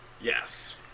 Yes